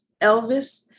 Elvis